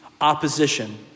Opposition